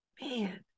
man